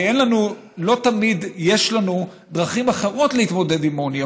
כי לא תמיד יש לנו דרכים אחרות להתמודד עם עוני.